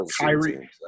Kyrie –